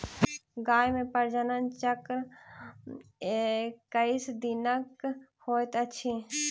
गाय मे प्रजनन चक्र एक्कैस दिनक होइत अछि